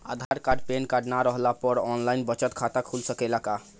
आधार card pan card न रहला पर आन लाइन बचत खाता खुल सकेला का?